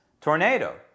tornado